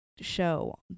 show